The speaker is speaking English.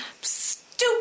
stupid